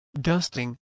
dusting